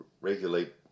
regulate